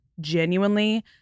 genuinely